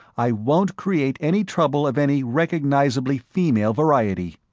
i won't create any trouble of any recognizably female variety.